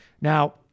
Now